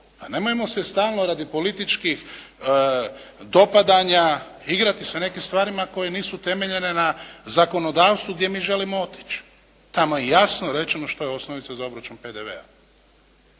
nemojmo se stalno radi političkih dopadanja igrati sa nekim stvarima koje nisu utemeljene na zakonodavstvu gdje mi želimo otići. Tamo je jasno rečeno što je osnovica za obračun PDV-a.